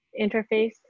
interface